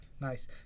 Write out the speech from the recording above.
Nice